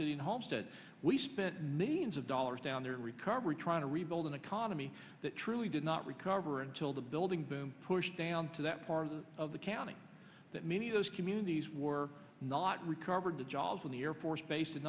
city homestead we spent millions of dollars down there in recovery trying to rebuild an economy that truly did not recover until the building boom pushed down to that part of the county that many of those communities were not recovered the jobs in the air force base